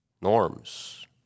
norms